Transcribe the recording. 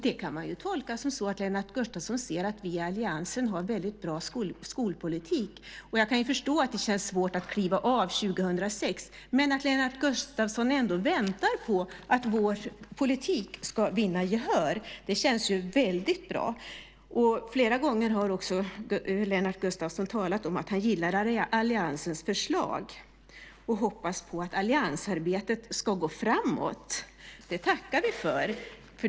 Det kan man tolka som att Lennart Gustavsson ser att vi i alliansen har väldigt bra skolpolitik. Jag kan förstå att det känns svårt att kliva av 2006, men att Lennart Gustavsson ändå väntar på att vår politik ska vinna gehör känns väldigt bra. Lennart Gustavsson har också flera gånger talat om att han gillar alliansens förslag och hoppas att alliansarbetet ska gå framåt. Det tackar vi för.